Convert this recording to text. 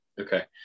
Okay